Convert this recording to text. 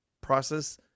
process